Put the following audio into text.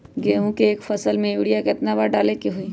गेंहू के एक फसल में यूरिया केतना बार डाले के होई?